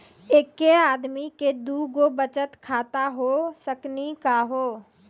एके आदमी के दू गो बचत खाता हो सकनी का हो?